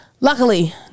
Luckily